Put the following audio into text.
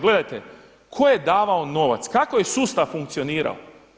Gledajte, tko je davao novac, kako je sustav funkcionirao.